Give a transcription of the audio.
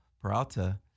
Peralta